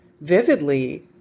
vividly